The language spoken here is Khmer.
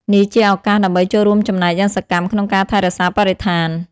នេះជាឱកាសដើម្បីចូលរួមចំណែកយ៉ាងសកម្មក្នុងការថែរក្សាបរិស្ថាន។